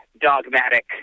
dogmatic